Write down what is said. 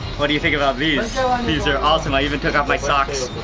what do you think about these? so um these are awesome, i even took off my socks.